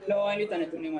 לא, אין לי את הנתונים האלה.